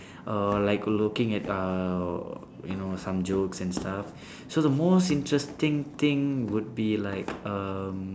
uh like looking at uh you know some jokes and stuff so the most interesting thing would be like um